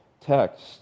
text